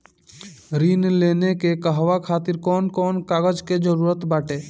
ऋण लेने के कहवा खातिर कौन कोन कागज के जररूत बाटे?